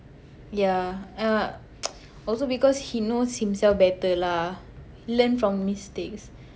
ya err also because he knows himself better lah learnt from mistakes